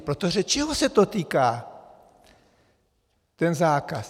Protože čeho se to týká, ten zákaz?